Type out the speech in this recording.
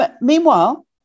Meanwhile